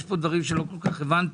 יש פה דברים שלא כל כך הבנתי.